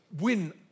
win